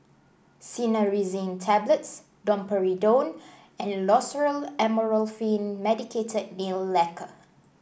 Cinnarizine Tablets Domperidone and Loceryl Amorolfine Medicated Nail Lacquer